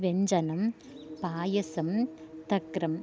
व्यञ्जनं पायसं तक्रम्